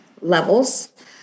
levels